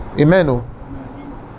amen